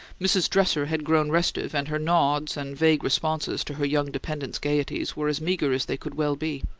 mrs. dresser had grown restive and her nods and vague responses to her young dependent's gaieties were as meager as they could well be.